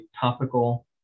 topical